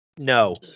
no